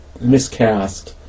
miscast